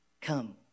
come